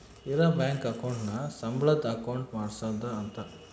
ಇರ bank account ನ ಸಂಬಳದ್ ಅಕೌಂಟ್ ಮಾಡ್ಸೋದ ಅಂತ